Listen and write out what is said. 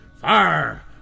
Fire